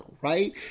right